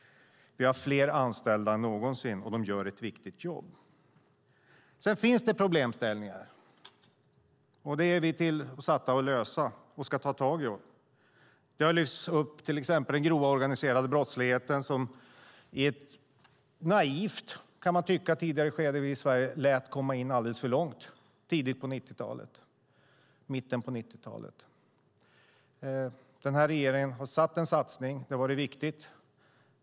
Vi har fler anställda än någonsin, och de gör ett viktigt jobb. Sedan finns det problemställningar. Dem är vi satta att lösa, och vi ska ta tag i dem. Man har lyft fram till exempel den grova organiserade brottsligheten, som vi i ett naivt, kan man tycka, skede i Sverige, i början av och i mitten av 90-talet, lät komma in alldeles för långt. Den här regeringen har inlett en satsning. Det har varit viktigt.